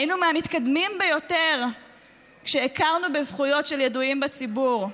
היינו מהמתקדמים ביותר כשהכרנו בזכויות של ידועים בציבור.